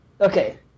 Okay